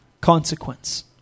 consequence